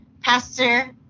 Pastor